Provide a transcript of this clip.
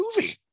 movie